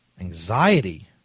Anxiety